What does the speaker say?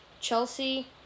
Chelsea